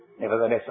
Nevertheless